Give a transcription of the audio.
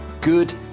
good